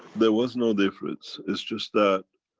there was no difference is just that,